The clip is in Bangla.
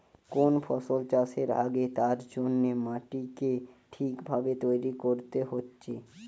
কোন ফসল চাষের আগে তার জন্যে মাটিকে ঠিক ভাবে তৈরী কোরতে হচ্ছে